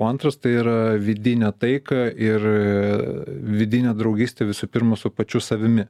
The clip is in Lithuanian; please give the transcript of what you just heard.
o antras tai yra vidinę taiką ir vidinę draugystę visų pirma su pačiu savimi